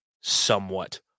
somewhat